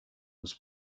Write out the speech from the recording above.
was